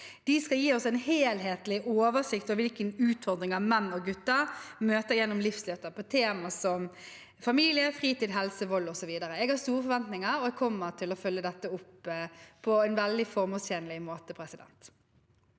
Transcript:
De skal gi oss en helhetlig oversikt over hvilke utfordringer menn og gutter møter gjennom livsløpet, når det gjelder temaer som familie, fritid, helse, vold osv. Jeg har store forventninger, og jeg kommer til å følge dette opp på en veldig formålstjenlig måte. Tage